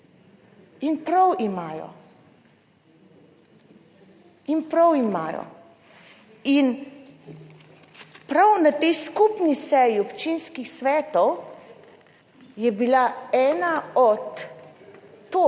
In prav imajo in prav imajo. In prav na tej skupni seji občinskih svetov je bila ena od točk